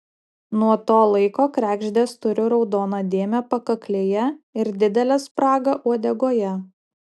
nuo to laiko kregždės turi raudoną dėmę pakaklėje ir didelę spragą uodegoje